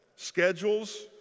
schedules